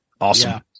Awesome